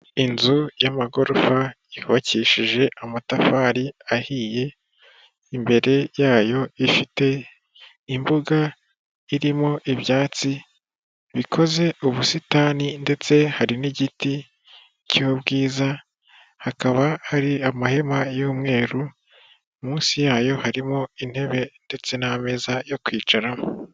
Inzu y'amagorofa yubakishije amatafari ahiye, imbere yayo ifite imbuga irimo ibyatsi bikoze ubusitani ndetse hari n'igiti cy'ubwiza, hakaba hari amahema y'umweru munsi yayo harimo intebe ndetse n'ameza yo kwicaramo.